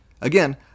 Again